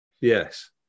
yes